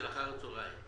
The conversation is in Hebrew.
של אחר הצוהריים.